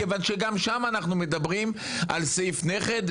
כיוון שגם שם אנחנו מדברים על סעיף נכד,